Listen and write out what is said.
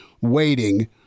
waiting